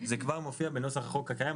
זה כבר מופיע בנוסח החוק הקיים,